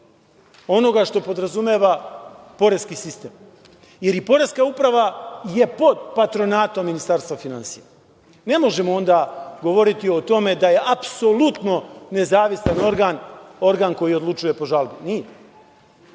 onoga što podrazumeva poreski sistem, jer poreska uprava je pod patronatom Ministarstva finansija. Ne možemo onda govoriti o tome da je apsolutno nezavistan organ, organ koji odlučuje po žalbi. Nije.